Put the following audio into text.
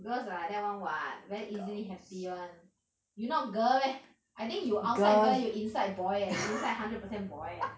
girls are like that [one] [what] very easily happy [one] you not girl leh I think you outside girl you inside boy eh you inside hundred percent boy eh